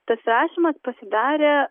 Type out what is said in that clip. tas rašymas pasidarė